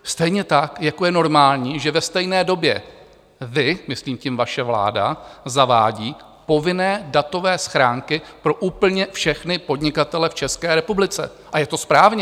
Stejně tak jako je normální, že ve stejné době vy, myslím tím vaše vláda, zavádíte povinné datové schránky pro úplně všechny podnikatele v České republice, a je to správně.